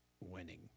winning